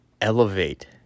elevate